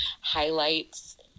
highlights